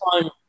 time